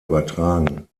übertragen